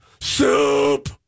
soup